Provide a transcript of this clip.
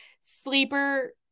Sleeper